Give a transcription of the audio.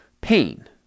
pain